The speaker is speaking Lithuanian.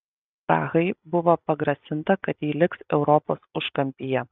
prahai buvo pagrasinta kad ji liks europos užkampyje